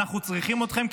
אנחנו צריכים אתכם,